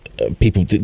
people